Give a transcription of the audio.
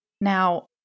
Now